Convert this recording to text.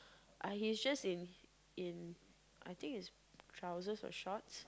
uh he's dressed in in I think is trousers or shorts